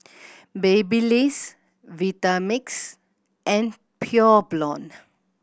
Babyliss Vitamix and Pure Blonde